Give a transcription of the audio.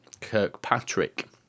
Kirkpatrick